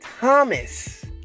Thomas